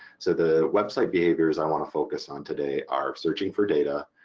so the website behaviors i want to focus on today are searching for data,